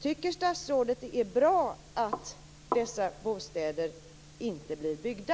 Tycker statsrådet det är bra att dessa bostäder inte blir byggda?